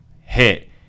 Hit